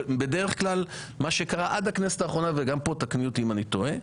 גם פה תקני אותי אם אני טועה,